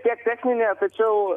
tiek techninė tačiau